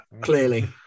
clearly